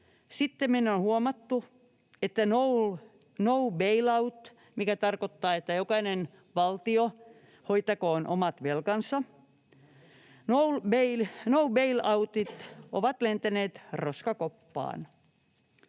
Sittemmin on huomattu, että no bail-out — mikä tarkoittaa, että jokainen valtio hoitakoon omat velkansa — on lentänyt roskakoppaan.